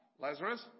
Lazarus